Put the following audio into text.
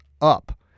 up